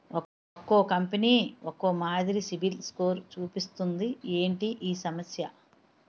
ఒక్కో కంపెనీ ఒక్కో మాదిరి సిబిల్ స్కోర్ చూపిస్తుంది ఏంటి ఈ సమస్య?